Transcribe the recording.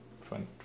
fun